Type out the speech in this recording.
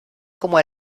como